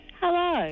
Hello